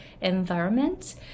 environment